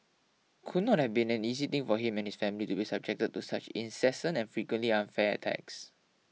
could not have been an easy thing for him and his family to be subjected to such incessant and frequently unfair attacks